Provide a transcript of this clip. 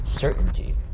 certainty